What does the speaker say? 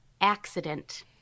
accident